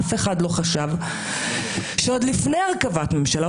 אף אחד לא חשב שעוד לפני הרכבת ממשלה,